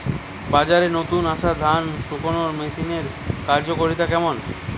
বাজারে নতুন আসা ধান শুকনোর মেশিনের কার্যকারিতা কেমন?